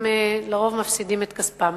הם לרוב מפסידים את כספם.